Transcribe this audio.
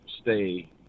stay